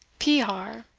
pihar,